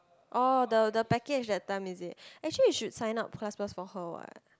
orh the the package that time is it actually you should sign up class pass for her what